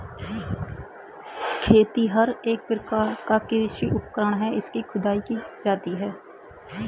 खेतिहर एक प्रकार का कृषि उपकरण है इससे खुदाई की जाती है